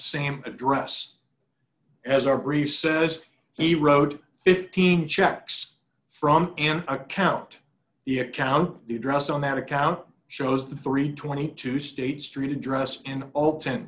same address as our brief says he wrote fifteen checks from in account the account the address on that account shows the three hundred and twenty two state street address and all ten